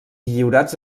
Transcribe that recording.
lliurats